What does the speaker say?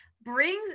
brings